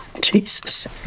Jesus